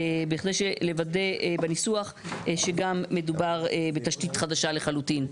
בכדי לוודא בניסוח שגם מדובר בתשתית חדשה לחלוטין.